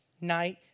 night